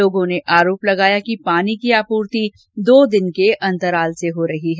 लोगों ने आरोप लगाया कि पानी की आपूर्ति दो दिन के अंतराल से हो रही है